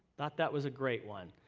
thought that was a great one.